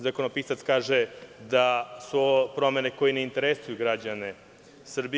Zakonopisac kaže da su ovo promene koje ne interesuju građane Srbije.